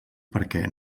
perquè